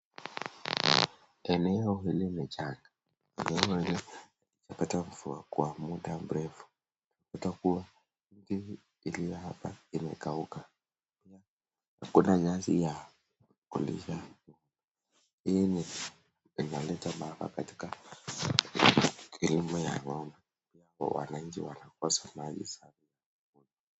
Eneo hili ni chaka. Hawajapata mvua kwa muda mrefu. Kutakuwa ndio iliyohapa imekauka. Pia hakuna nyasi ya kulisha. Hii ni inaleta njaa hapa katika kilimo ya wao. Pia wananchi wanakosa maji safi.